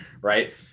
right